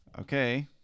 Okay